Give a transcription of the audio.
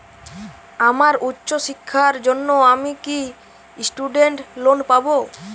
আমার উচ্চ শিক্ষার জন্য আমি কি স্টুডেন্ট লোন পাবো